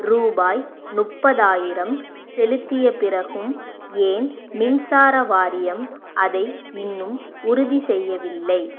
ரூபாய் முப்பதாயிரம் செலுத்திய பிறகும் ஏன் மின்சார வாரியம் அதை இன்னும் உறுதி செய்யவில்லை